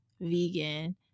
vegan